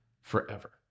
forever